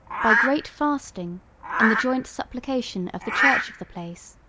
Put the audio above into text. by great fasting and the joint supplication of the church of the place,